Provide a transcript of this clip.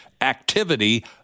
activity